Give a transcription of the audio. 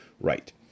right